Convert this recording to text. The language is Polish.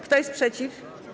Kto jest przeciw?